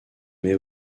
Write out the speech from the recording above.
mais